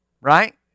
Right